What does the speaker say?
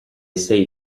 sei